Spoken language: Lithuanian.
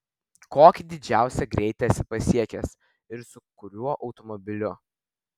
kokį didžiausią greitį esi pasiekęs ir su kuriuo automobiliu